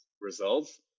results